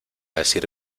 decir